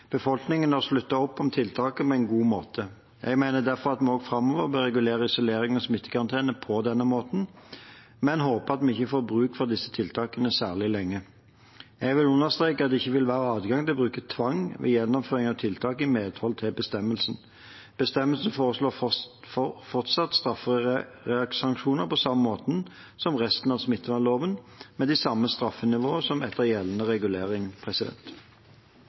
Befolkningen har sluttet opp om tiltakene på en god måte. Jeg mener derfor vi også framover bør regulere isolering og smittekarantene på denne måten, men håper at vi ikke får bruk for disse tiltakene særlig lenge. Jeg vil understreke at det ikke vil være adgang til å bruke tvang ved gjennomføring av tiltak i medhold av bestemmelsen. Bestemmelsen foreslår fortsatt straffesanksjoner på samme måte som resten av smittevernloven, med det samme straffenivået som etter gjeldende regulering.